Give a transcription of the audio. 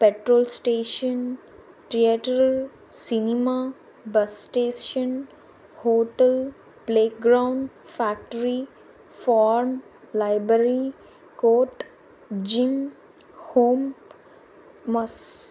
petrol station theatre cinema bus station hotel playground factory pond library court gym home Mann